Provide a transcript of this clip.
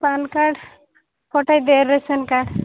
ପାନ୍ card ପଠେଇଦେ ration card